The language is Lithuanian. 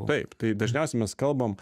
taip tai dažniausiai mes kalbam